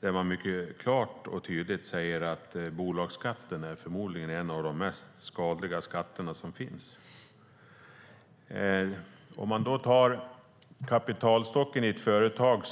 Där sägs mycket klart och tydligt att bolagsskatten förmodligen är en av de mest skadliga skatter som finns. Forskningen är ganska klar över att kapitalstocken i ett företag